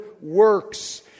works